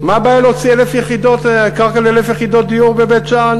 מה הבעיה להוציא קרקע ל-1,000 יחידות דיור בבית-שאן